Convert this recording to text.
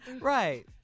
Right